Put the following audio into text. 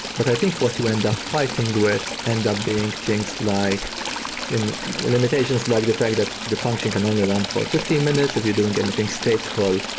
but i think what you end up fighting with end up being things like limitations, like the fact that the function can only land for fifteen minutes if you're doing anything stateful,